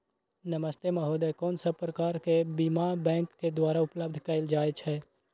नमस्ते महोदय, कोन सब प्रकार के बीमा बैंक के द्वारा उपलब्ध कैल जाए छै?